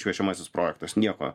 šviečiamasis projektas nieko